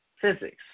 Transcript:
physics